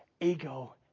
Ego